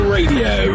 Radio